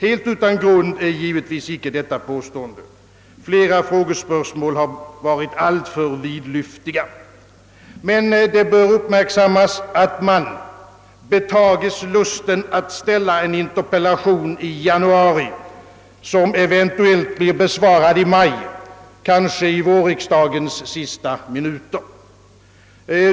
Helt utan grund är givetvis icke detta påstående — flera frågespörsmål har varit alltför vidlyftiga — men det bör uppmärksammas att man betages lusten att ställa en interpellation i januari, som eventuellt blir besvarad i maj, kanske i vårriksdagens sista minuter.